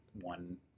one